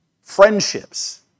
friendships